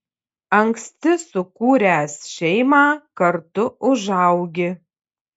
anksti sukūręs šeimą kartu užaugi